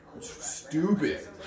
Stupid